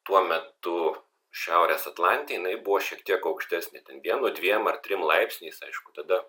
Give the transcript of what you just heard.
tuo metu šiaurės atlante jinai buvo šiek tiek aukštesnė ten vienu dviem ar trim laipsniais aišku tada